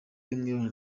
y’ubumwe